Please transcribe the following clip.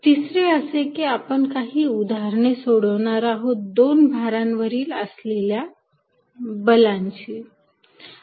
तिसरे असे की आपण काही उदाहरणे सोडवणार आहोत दोन भारांवरील असलेल्या बला वरील